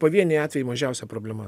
pavieniai atvejai mažiausia problema